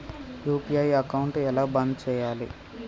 UPI account ఎలా బంద్ చేయాలి?